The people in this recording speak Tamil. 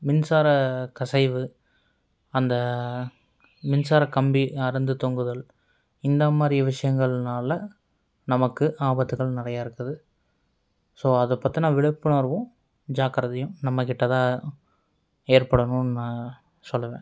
மின்சார கசிவு அந்த மின்சாரக்கம்பி அறுந்து தொங்குதல் இந்தமாதிரி விஷயங்கள்னால் நமக்கு ஆபத்துகள் நிறையா இருக்குது ஸோ அதை பத்தின விழிப்புணர்வும் ஜாக்கிரதையும் நம்மகிட்ட தான் ஏற்படனுன்னு நான் சொல்லுவேன்